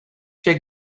check